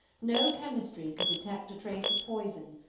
no chemistry could detect a trace of poison,